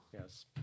Yes